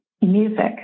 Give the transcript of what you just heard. music